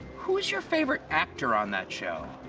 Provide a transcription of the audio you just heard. who's your favorite actor on that show?